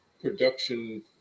production